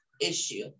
issue